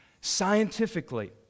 scientifically